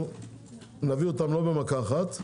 נביא אותן לא במכה אחת.